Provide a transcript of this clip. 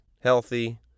healthy